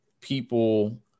people